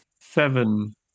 Seven